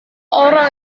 orang